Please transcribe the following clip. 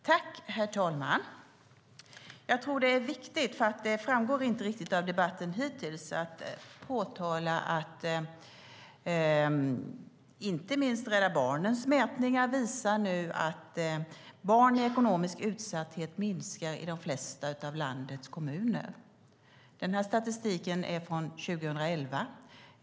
Herr talman! Det är viktigt, för det har inte riktigt framgått i debatten hittills, att framhålla att inte minst Rädda Barnens mätningar nu visar att barn i ekonomisk utsatthet minskar i de flesta av landets kommuner. Denna statistik är från 2011.